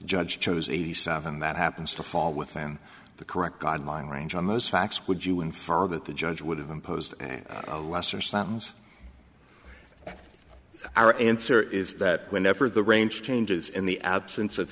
judge chose eighty seven that happens to fall within the correct guideline range on those facts would you infer that the judge would have imposed a lesser sentence our answer is that whenever the range changes in the absence of